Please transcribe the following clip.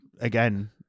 again